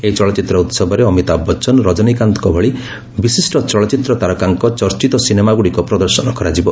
ଏହି ଚଳଚ୍ଚିତ୍ର ଉତ୍ସବରେ ଅମିତାଭ ବଚ୍ଚନ ରଜନୀକାନ୍ତଙ୍କ ଭଳି ବିଶିଷ୍ଟ ଚଳଚ୍ଚିତ୍ର ତାରକାଙ୍କ ଚର୍ଚ୍ଚିତ ସିନେମାଗୁଡ଼ିକ ପ୍ରଦର୍ଶନ କରାଯିବ